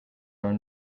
are